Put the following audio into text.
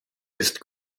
ist